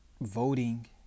Voting